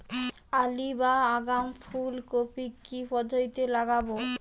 Early বা আগাম ফুল কপি কি পদ্ধতিতে লাগাবো?